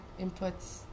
inputs